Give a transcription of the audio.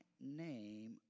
name